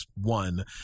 One